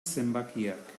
zenbakiak